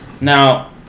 now